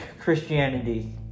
Christianity